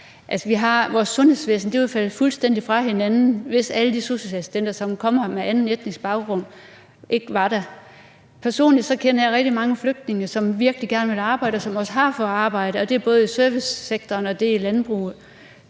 sig. Vores sundhedsvæsen ville falde fuldstændig fra hinanden, hvis alle de sosu-assistenter, som kommer med anden etnisk baggrund, ikke var der. Personligt kender jeg rigtig mange flygtninge, som virkelig gerne vil arbejde, og som også har fået arbejde, og det er både i servicesektoren og i landbruget.